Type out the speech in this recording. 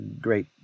great